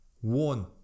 one